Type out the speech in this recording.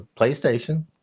PlayStation